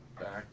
back